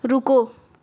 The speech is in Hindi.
रुको